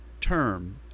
term